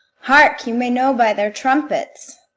hark! you may know by their trumpets.